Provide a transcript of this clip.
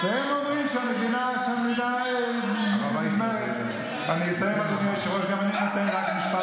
והם מדברים איתנו על זה שהעולם כולו לא ישקיע פה,